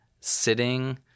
sitting